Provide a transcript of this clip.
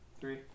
Three